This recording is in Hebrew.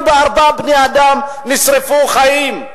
44 בני-אדם נשרפו חיים.